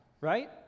right